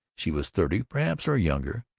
she was thirty, perhaps, or younger.